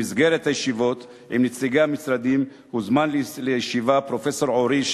במסגרת הישיבות עם נציגי המשרדים הוזמן לישיבה פרופסור עורי,